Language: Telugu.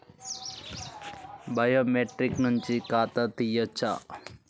బయోమెట్రిక్ నుంచి ఖాతా తీయచ్చా?